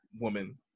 woman